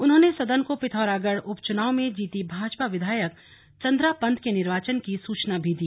उन्होंने सदन को पिथौरागढ़ उपचुनाव में जीती भाजपा विधायक चंद्रा पंत के निर्वाचन की सूचना भी दी